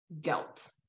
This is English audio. guilt